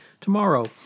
tomorrow